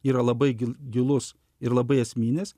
yra labai gilus ir labai esmines